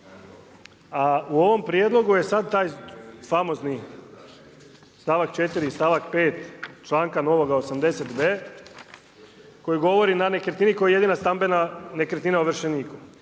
A u ovom prijedlogu je sad taj famozni stavak 4. i stavak 5. članka novoga 80. b) koji govori na nekretnini koja je jedina stambena nekretnina ovršeniku